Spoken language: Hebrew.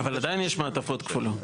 אבל עדיין יש מעטפות כפולות?